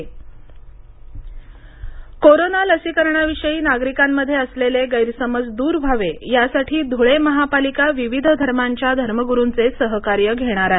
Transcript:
धळे महापालिका धर्म गरू कोरोना लशीकरणाविषयी नागरिकांमध्ये असलेले गैरसमज द्र व्हावे यासाठी धुळे महापालिका विविध धर्मांच्या धर्मगुरूंचे सहकार्य घेणार आहे